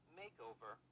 makeover